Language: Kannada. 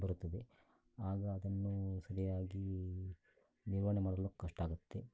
ಬರುತ್ತದೆ ಆಗ ಅದನ್ನು ಸರಿಯಾಗಿ ನಿರ್ವಹಣೆ ಮಾಡಲು ಕಷ್ಟ ಆಗುತ್ತೆ